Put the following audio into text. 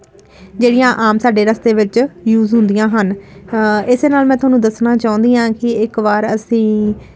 ਜਿਹੜੀਆਂ ਆਮ ਸਾਡੇ ਰਸਤੇ ਵਿੱਚ ਯੂਜ਼ ਹੁੰਦੀਆਂ ਹਨ ਇਸੇ ਨਾਲ ਮੈਂ ਤੁਹਾਨੂੰ ਦੱਸਣਾ ਚਾਹੁੰਦੀ ਆਂ ਕਿ ਇੱਕ ਵਾਰ ਅਸੀਂ